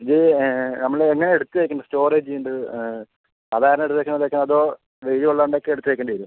ഇത് നമ്മള് എങ്ങനെ എടുക്കുക ഇതീന്ന് സ്റ്റോറേജ് ചെയ്യേണ്ടത് സാധാരണ ഇത് വെക്കണത് ഒക്കെ അതോ വെയില് കൊള്ളാണ്ട് ഒക്കെ എടുത്ത് വെക്കണ്ടി വെരോ